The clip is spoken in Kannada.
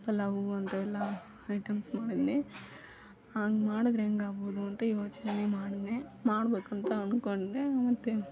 ಪಲಾವು ಅದೆಲ್ಲ ಐಟಮ್ಸ್ ಮಾಡಿದರೆ ಹಂಗೆ ಮಾಡಿದರೆ ಹೆಂಗೆ ಆಗ್ಬೋದು ಅಂತ ಯೋಚನೆಯೂ ಮಾಡಿದೆ ಮಾಡಬೇಕಂತ ಅಂದ್ಕೊಂಡೆ ಮತ್ತೆ